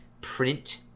print